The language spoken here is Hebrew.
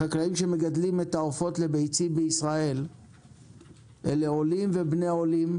החקלאים שמגדלים את העופות לביצים בישראל אלה עולים ובני עולים